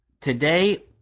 Today